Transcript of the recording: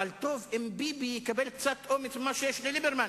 אבל טוב אם ביבי יקבל קצת אומץ ממה שיש לליברמן,